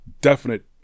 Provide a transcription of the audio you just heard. definite